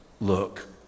look